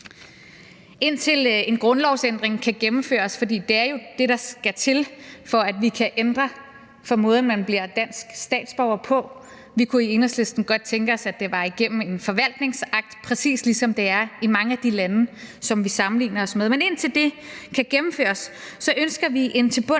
Indtil en grundlovsændring kan gennemføres – for det er jo det, der skal til, for at vi kan ændre på måden, man bliver dansk statsborger på – kunne vi i Enhedslisten egentlig godt tænke os, at det var igennem en forvaltningsakt, præcis ligesom det er i mange af de lande, som vi sammenligner os med. Men indtil det kan gennemføres, ønsker vi en tilbundsgående